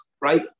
right